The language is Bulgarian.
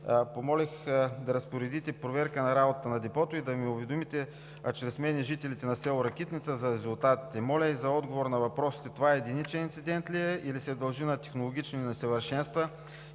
помолих да разпоредите проверка за работата на депото и да ме уведомите, а чрез мен и жителите на село Ракитница, за резултатите. Моля и за отговор на въпросите: това единичен инцидент ли е, или се дължи на технологични несъвършенства